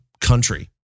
country